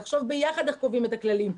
לחשוב ביחד איך קובעים את הכללים.